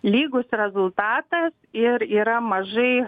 lygus rezultatas ir yra mažai